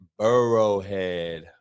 Burrowhead